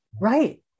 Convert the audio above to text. Right